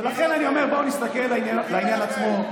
ולכן אני אומר: בואו נסתכל על העניין עצמו.